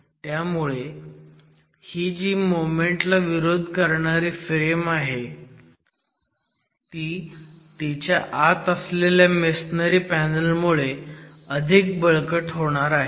त्यामुळे ही जी मोमेंट ला विरोध करणारी फ्रेम आहे ती तिच्या आत असलेल्या मेसोनरी पॅनल मुळे अधिक बळकट होणार आहे